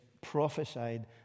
prophesied